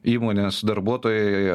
įmonės darbuotojai